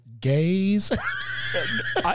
gays